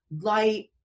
light